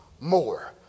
more